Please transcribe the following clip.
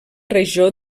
regió